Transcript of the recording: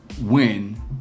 win